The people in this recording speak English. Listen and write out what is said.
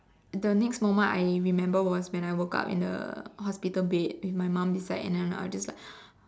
the next moment I remember was when I woke up in the hospital bed with my mum beside and then I just like